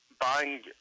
buying